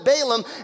Balaam